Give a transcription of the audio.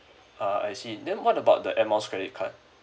ah I see then what about the air miles credit card